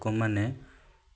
ଲୋକମାନେ